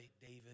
David